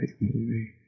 movie